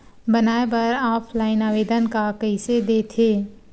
बनाये बर ऑफलाइन आवेदन का कइसे दे थे?